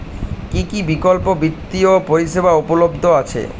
কী কী বিকল্প বিত্তীয় পরিষেবা উপলব্ধ আছে?